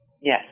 Yes